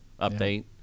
update